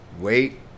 wait